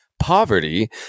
Poverty